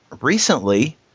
recently